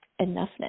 enoughness